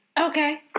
Okay